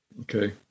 Okay